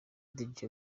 djs